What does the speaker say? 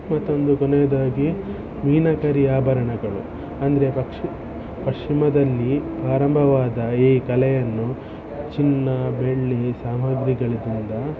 ಮತ್ತೊಂದು ಕೊನೆಯದಾಗಿ ಮೀನಕರಿ ಆಭರಣಗಳು ಅಂದರೆ ಪಶ್ಚಿ ಪಶ್ಚಿಮದಲ್ಲಿ ಪ್ರಾರಂಭವಾದ ಈ ಕಲೆಯನ್ನು ಚಿನ್ನ ಬೆಳ್ಳಿ ಸಾಮಗ್ರಿಗಳಿಂದ